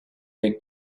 the